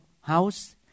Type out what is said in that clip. house